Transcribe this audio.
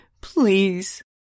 please